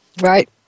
Right